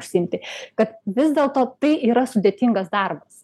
užsiimti kad vis dėlto tai yra sudėtingas darbas